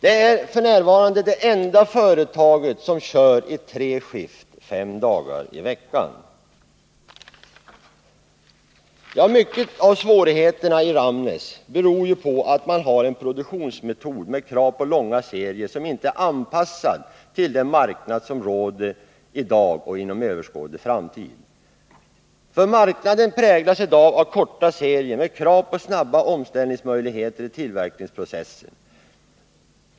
F. n. är Ljusne det enda företag som kör i tre skift fem dagar i veckan. Mycket av svårigheterna i Ramnäs beror på att man har en produktionsmetod, med krav på långa serier, som inte är anpassad till den marknad som råder i dag och inom överskådlig framtid. Marknaden präglas i dag av korta serier och krav på snabba omställningsmöjligheter i tillverkningsprocessen.